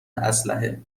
اسلحه